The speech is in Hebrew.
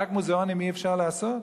רק מוזיאונים אי-אפשר לעשות?